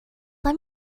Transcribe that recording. let